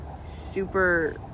super